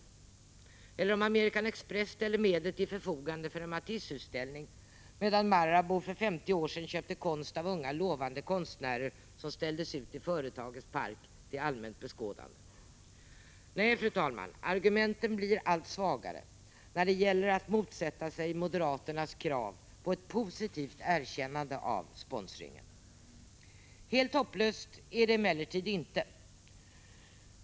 Eller mellan att American Express ställer medel till förfogande för en Matisseutställning och att Marabou för 40 år sedan av unga lovande konstnärer köpte konst som ställdes ut i företagets park till allmänt beskådande? Nej, fru talman, argumenten blir allt svagare när det gäller att motsätta sig moderaternas krav på ett positivt erkännande av sponsringen. Helt hopplöst är det emellertid inte.